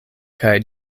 kaj